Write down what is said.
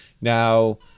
now